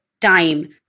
time